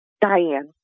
Diane